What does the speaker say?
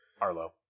Arlo